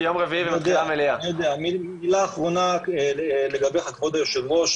לגביך כבוד היושב ראש,